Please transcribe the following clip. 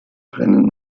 brennen